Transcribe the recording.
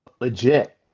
legit